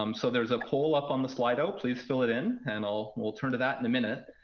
um so there's a poll up on the slido. please fill it in. and ah we'll turn to that in a minute.